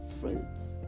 fruits